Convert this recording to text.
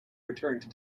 returned